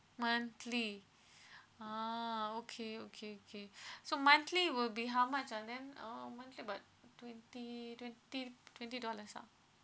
monthly ah okay okay okay so monthly will be how much on them oh monthly about twenty twenty twenty dollars ah